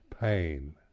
Pain